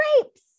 grapes